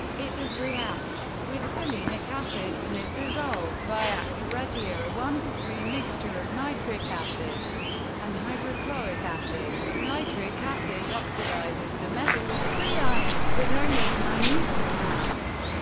it does react with selenic acid, and is dissolved by aqua regia, a one three mixture of nitric acid and hydrochloric acid. nitric acid oxidizes the metal to three ions, but only in minute amounts,